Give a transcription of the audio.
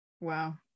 Wow